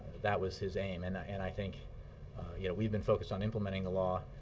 that was his aim. and ah and i think yeah we've been focused on implementing the law,